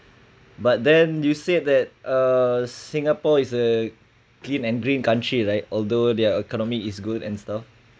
but then you said that uh singapore is a clean and green country right although their economy is good and stuff